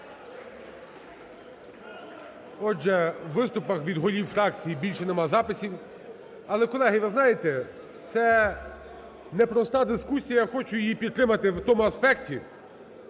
Отже, у виступах від голів фракцій більше немає записів. Але, колеги, ви знаєте, це непроста дискусія, я хочу її підтримати в тому аспекті,